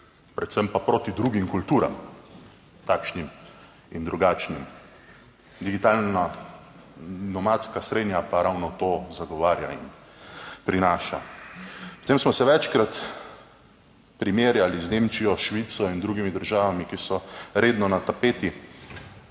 predvsem pa proti drugim kulturam, takšnim in drugačnim. Digitalna nomadska srenja pa ravno to zagovarja in prinaša. Potem smo se večkrat primerjali z Nemčijo, Švico in drugimi državami, ki so redno na tapeti.